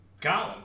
Colin